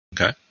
Okay